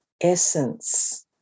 essence